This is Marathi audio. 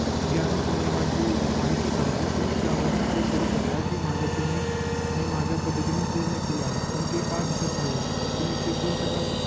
घ्या मी तुम्हाला माझी माहिती सांगतो तुम्ही त्यावरनं चेक करू शकता की माझं पेमेंट मी माझ्या पद्धतीने पूर्ण केले आहे पण ते का दिसत नाही आहे तुम्ही चेक करू शकाल का